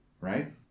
right